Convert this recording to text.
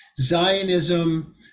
Zionism